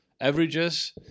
averages